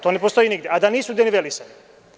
To ne postoji nigde, a da nisu denivelisana.